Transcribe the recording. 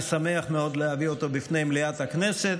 אני שמח מאוד להביא אותו בפני מליאת הכנסת.